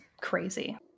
crazy